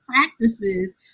practices